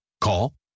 Call